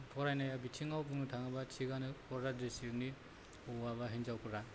फरायनाय बिथिङाव बुंनो थाङोब्ला थिगानो क'क्राझार डिस्ट्रिकनि हौवा बा हिनजावफोरा